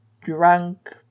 drunk